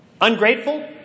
ungrateful